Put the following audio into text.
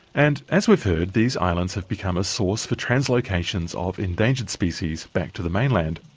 and, as we've heard, these islands have become a source for translocations of endangered species back to the mainland.